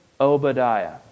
Obadiah